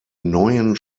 neuen